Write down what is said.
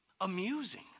amusing